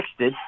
texted